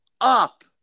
up